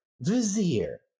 vizier